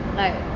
like